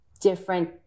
different